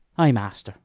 ay, master